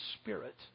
spirit